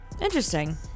Interesting